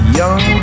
young